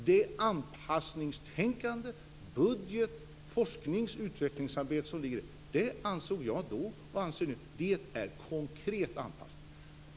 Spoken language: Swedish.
Det anpassningstänkande, den budget och det forsknings och utvecklingsarbete som gjorts ansåg jag då och anser jag nu är konkret anpassning.